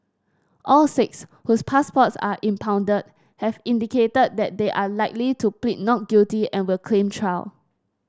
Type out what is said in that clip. all six whose passports were impounded have indicated that they are likely to plead not guilty and will claim trial